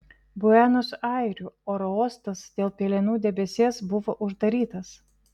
buenos airių oro uostas dėl pelenų debesies buvo uždarytas